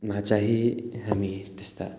मा चाहिँ हामी त्यस्ता